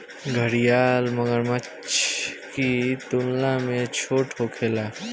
घड़ियाल मगरमच्छ की तुलना में छोट होखेले